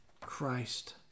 Christ